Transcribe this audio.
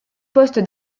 poste